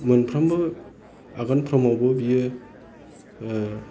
मोनफ्रोमबो आगानफ्रोमावबो बियो